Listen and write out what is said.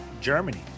Germany